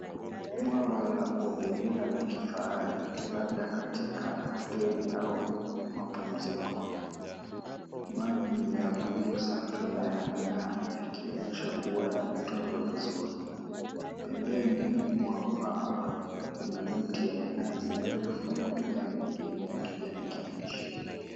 Bwawa la kuogelea la kifahari labda katika hoteli au mapumziko. 𝑀aji ni ya buluu safi na yanang'a𝑎 yakionyesha kuwa yametunzwa vizuri. Pembeni mwa bwawa kuna miti ya minazi mirefu na mimea mengine ya kijani kibichi.